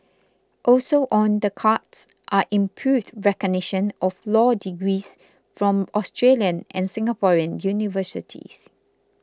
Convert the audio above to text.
also on the cards are improved recognition of law degrees from Australian and Singaporean universities